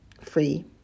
free